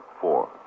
four